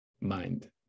mind